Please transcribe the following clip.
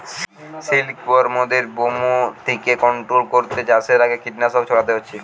সিল্কবরমদের ব্যামো থিকে কন্ট্রোল কোরতে চাষের আগে কীটনাশক ছোড়াতে হচ্ছে